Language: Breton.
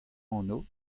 anv